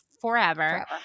forever